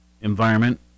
environment